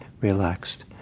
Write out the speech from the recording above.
relaxed